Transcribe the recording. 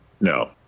No